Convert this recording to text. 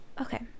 Okay